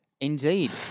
Indeed